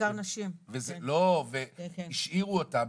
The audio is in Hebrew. והשאירו אותם,